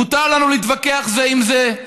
מותר לנו להתווכח זה עם זה,